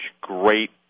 great